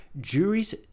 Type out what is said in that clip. juries